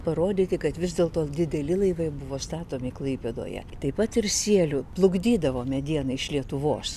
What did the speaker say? parodyti kad vis dėlto dideli laivai buvo statomi klaipėdoje taip pat ir sielių plukdydavo medieną iš lietuvos